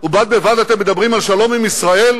ובד בבד אתם מדברים על שלום עם ישראל?